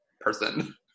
person